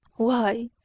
why,